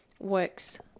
works